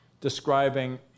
describing